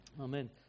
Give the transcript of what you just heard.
Amen